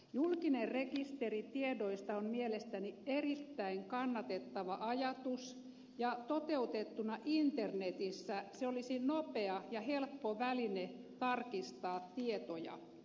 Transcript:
julkinen rekisteri tiedoista on mielestäni erittäin kannatettava ajatus ja toteutettuna internetissä se olisi nopea ja helppo väline tarkistaa tietoja